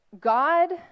God